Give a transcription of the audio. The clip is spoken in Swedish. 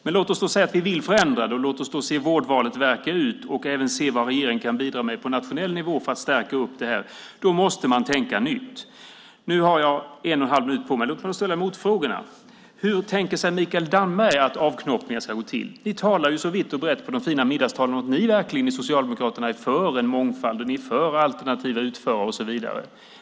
Men låt oss då säga att vi vill förändra, och låt oss se vårdvalet verka fullt ut och även se vad regeringen kan bidra med på nationell nivå för att stärka det här. Då måste man tänka nytt. Nu har jag en och en halv minut på mig. Låt mig då ställa motfrågorna. Hur tänker sig Mikael Damberg att avknoppningen ska gå till? Ni talar ju så vitt och brett i de fina middagstalen om att ni socialdemokrater verkligen är för en mångfald, att ni är för alternativa utförare och så vidare.